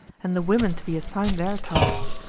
and the women to be assigned their tasks,